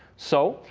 so,